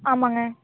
ஆமாங்க